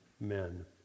men